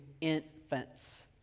infants